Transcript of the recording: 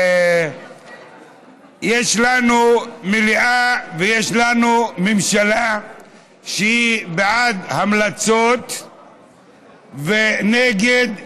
יש לנו מליאה ויש לנו ממשלה שהיא בעד המלצות ונגד הסכמים.